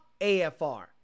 AFR